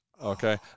Okay